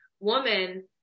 woman